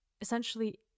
Essentially